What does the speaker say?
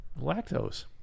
lactose